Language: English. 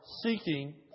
seeking